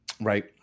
Right